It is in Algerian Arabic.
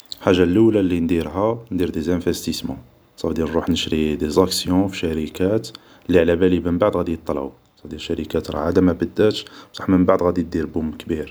حاجة لولة لي نديرها ندير دي انفاستيسمون صافو دير نروح نشري دي اكسيون تاع شريكات لي علابالي من بعد غادي يطلعو, شركات راها عادا مبداتش بصح من بعد غادي دير بوم كبير